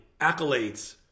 accolades